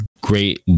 great